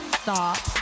stop